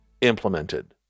implemented